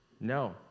No